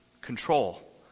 control